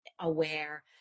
aware